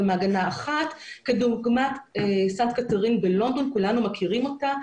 מעגנה אחת כדוגמת סט קטארי בלונדון שכולנו מכירים אותה.